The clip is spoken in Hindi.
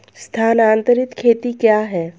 स्थानांतरित खेती क्या है?